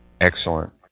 Excellent